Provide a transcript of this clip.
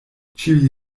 ĉiuj